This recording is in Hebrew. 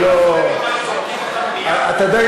אתה יודע,